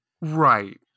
Right